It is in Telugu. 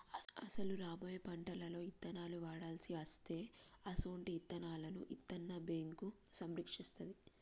అసలు రాబోయే పంటలలో ఇత్తనాలను వాడవలసి అస్తే అసొంటి ఇత్తనాలను ఇత్తన్న బేంకు సంరక్షిస్తాది